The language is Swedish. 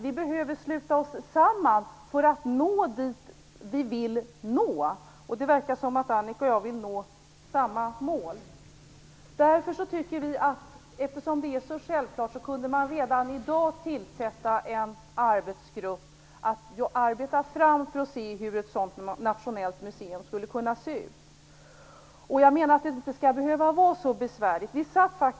Vi behöver sluta oss samman för att nå dit vi vill nå; det verkar som om Annika och jag vill nå samma mål. Eftersom det är så självklart tycker vi att man redan i dag kunde tillsätta en arbetsgrupp för att se närmare på hur ett sådant nationellt museum skulle kunna se ut. Det skall inte behöva vara så besvärligt, menar jag.